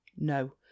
no